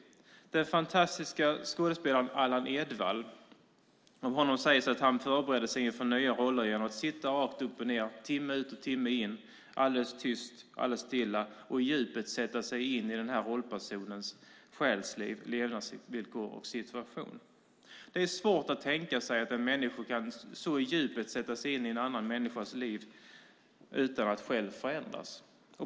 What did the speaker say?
Om den fantastiske skådespelaren Allan Edwall sägs att han förberedde sig inför nya roller genom att sitta rakt upp och ned timme efter timme alldeles tyst och stilla och i djupet sätta sig in i rollfigurens själsliv och levnadsvillkor. Det är svårt att tänka sig att man så i djupet kan sätta sig in i en annan människas liv utan att själv förändras.